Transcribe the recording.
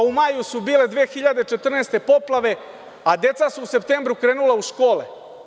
U maju su bile, 2014. godine, poplave, a deca su u septembru krenula u škole.